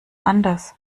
anders